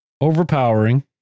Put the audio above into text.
overpowering